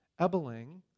Ebeling